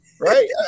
right